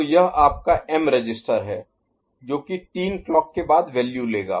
तो यह आपका m रजिस्टर है जो कि 3 क्लॉक के बाद वैल्यू लेगा